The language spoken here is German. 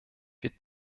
wir